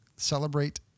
Celebrate